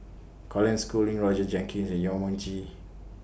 Colin Schooling Roger Jenkins Yong Mun Chee